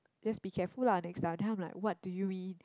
just be careful lah next time then I'm like what do you mean